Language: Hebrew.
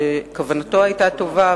שכוונתו היתה טובה,